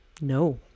No